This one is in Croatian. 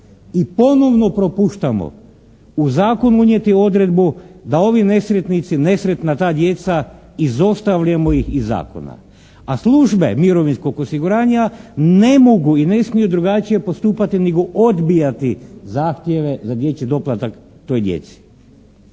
i ponovno propuštamo u zakon unijeti odredbu da ovi nesretnici, nesretna ta djeca izostavljamo ih iz zakona. A službe mirovinskog osiguranja ne mogu i ne smiju drugačije postupati nego odbijati zahtjeve za dječji doplatak toj djeci.